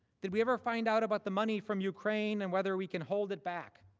did we ever find out about the money from ukraine and whether we can hold it back?